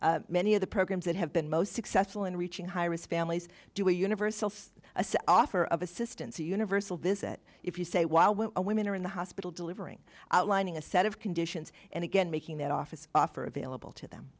birth many of the programs that have been most successful in reaching high risk families do a universal offer of assistance a universal visit if you say wow when a women are in the hospital delivering outlining a set of conditions and again making that office offer available to them